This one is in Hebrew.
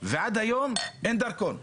ועד היום אין דרכון.